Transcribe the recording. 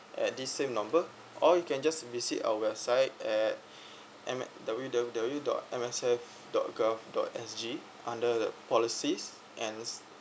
at this same number or you can just visit our website at M~ w w w dot M_S _F dot gov sot S_G under the policies and